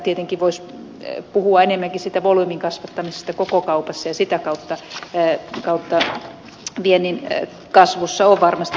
tietenkin voisi puhua enemmänkin siitä volyymin kasvattamisesta koko kaupassa ja sitä kautta viennin kasvussa on varmasti näkymiä